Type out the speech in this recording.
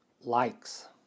likes